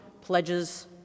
pledges